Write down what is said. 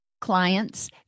clients